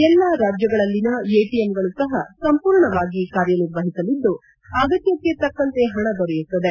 ಎಲ್ಲಾ ರಾಜ್ಯಗಳಲ್ಲಿನ ಎಟಿಎಂಗಳು ಸಹ ಸಂಪೂರ್ಣವಾಗಿ ಕಾರ್ಯನಿರ್ವಹಿಸಲಿದ್ದು ಆಗತ್ತ ತಕ್ಕಂತೆ ಹಣ ದೊರೆಯುತ್ತದೆ